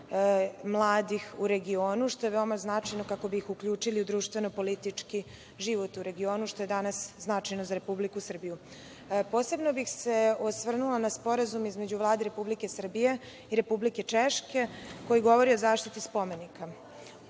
mladih u regionu, što je veoma značajno kako bi ih uključili u društveno-politički život u regionu, što je danas značajno za Republiku Srbiju. Posebno bih se osvrnula na Sporazum između Vlade Republike Srbije i Republike Češke koji govori o zaštiti spomenika.